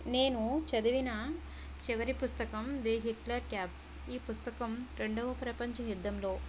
నేను చదివిన చివరి పుస్తకం ది హిట్లర్ క్యాంప్స్ ఈ పుస్తకం రెండవ ప్రపంచ యుద్ధంలో